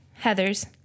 Heathers